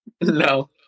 No